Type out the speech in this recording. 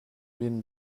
been